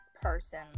person